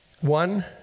one